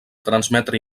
transmetre